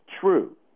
true